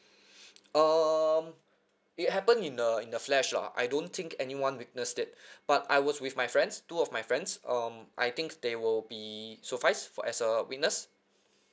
um it happened in the in the flash lah I don't think anyone witnessed it but I was with my friends two of my friends um I think they will be suffice for as a witness